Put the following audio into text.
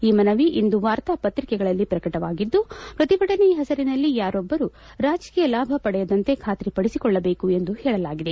ಈ ಮನವಿ ಇಂದು ವಾರ್ತಾ ಪತ್ರಿಕೆಗಳಲ್ಲಿ ಪ್ರಕಟವಾಗಿದ್ದು ಪ್ರತಿಭಟನೆಯ ಹೆಸರಿನಲ್ಲಿ ಯಾರೂಬ್ಬರೂ ರಾಜಕೀಯ ಲಾಭ ಪಡೆಯದಂತೆ ಖಾತಿ ಪಡಿಸಿಕೊಳ್ಳಬೇಕು ಎಂದು ಹೇಳಲಾಗಿದೆ